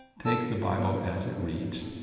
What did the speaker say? take the bible as it reads,